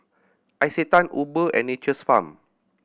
Isetan Uber and Nature's Farm